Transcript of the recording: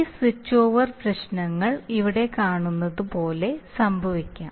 ഈ switch over പ്രശ്നങ്ങൾ ഇവിടെ കാണുന്നത് പോലെ സംഭവിക്കാം